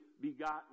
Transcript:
begotten